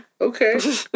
Okay